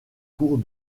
cours